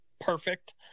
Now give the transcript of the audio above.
perfect